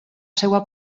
seva